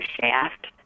shaft